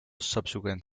subsequent